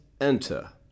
enter